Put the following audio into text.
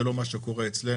זה לא מה שקורה אצלנו.